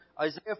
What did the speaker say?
Isaiah